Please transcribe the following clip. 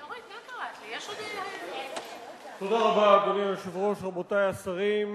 אדוני היושב-ראש, תודה רבה, רבותי השרים,